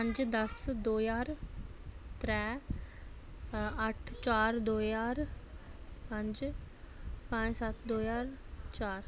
पंज दस्स ज्हार त्रै अट्ठ चार दो ज्हार पंज पंज सत्त दो ज्हार चार